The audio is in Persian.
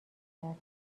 کرد